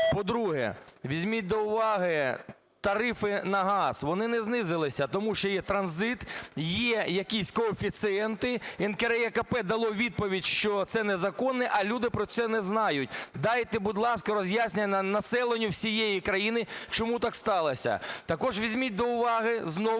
По-друге, візьміть до уваги тарифи на газ. Вони не знизилися. Тому що є транзит. Є якісь коефіцієнти. НКРЕКП дало відповідь, що це незаконне, а люди про це не знають. Дайте, будь ласка, роз'яснення населенню всієї країни, чому так сталося. Також візьміть до уваги знову